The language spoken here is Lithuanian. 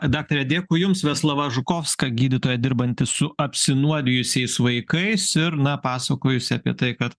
daktare dėkui jums veslava žukovska gydytoja dirbanti su apsinuodijusiais vaikais ir na pasakojusi apie tai kad